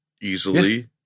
easily